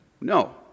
No